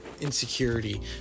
insecurity